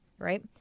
Right